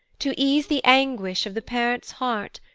to ease the anguish of the parents heart,